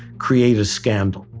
create a scandal.